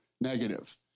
negative